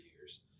years